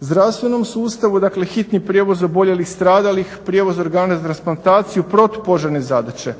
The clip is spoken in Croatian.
zdravstvenom sustavu, dakle hitni prijevoz oboljelih, stradalih, prijevoz organa za transplantaciju, protupožarne zadaće